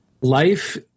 Life